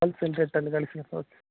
wholesale ರೇಟಲ್ಲಿ ಕಳಿಸೀವಿ okay